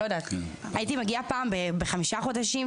הייתי מגיעה פעם בחמישה חודשים,